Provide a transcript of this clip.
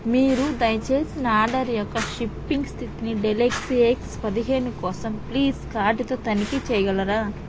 మీరు దయచేసి నా ఆర్డర్ యొక్క షిప్పింగ్ స్థితిని డెల్ ఎక్స్పీఎస్ పదిహేను కోసం ప్లీస్ కార్డ్తో తనిఖీ చేయగలరా